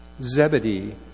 Zebedee